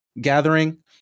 gathering